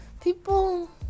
people